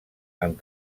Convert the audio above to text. amb